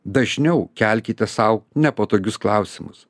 dažniau kelkite sau nepatogius klausimus